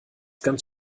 ganz